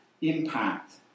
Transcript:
impact